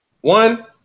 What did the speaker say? One